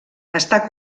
està